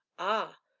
ah!